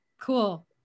Cool